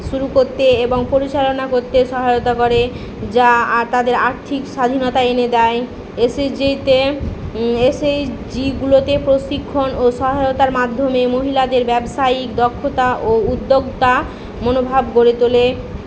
শুরু করতে এবং পরিচালনা করতে সহায়তা করে যা আর তাদের আর্থিক স্বাধীনতা এনে দেয় এসএইজজিতে এসএইজজিগুলোতে প্রশিক্ষণ ও সহায়তার মাধ্যমে মহিলাদের ব্যবসায়িক দক্ষতা ও উদ্যোক্তা মনোভাব গড়ে তোলে